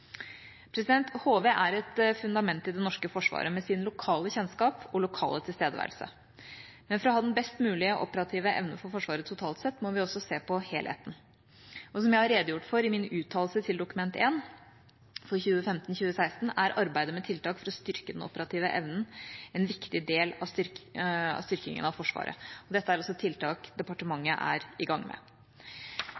HV er et fundament i det norske forsvaret med sin lokale kjennskap og lokale tilstedeværelse. Men for å ha den best mulige operative evne for Forsvaret totalt sett må vi også se på helheten. Som jeg har redegjort for i min uttalelse til Dokument 1 for 2015–2016, er arbeidet med tiltak for å styrke den operative evnen en viktig del av styrkingen av Forsvaret. Dette er også tiltak